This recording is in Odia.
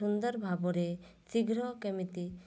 ସୁନ୍ଦର ଭାବରେ ଶୀଘ୍ର କେମିତି